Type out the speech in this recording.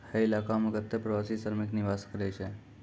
हय इलाको म कत्ते प्रवासी श्रमिक निवास करै छै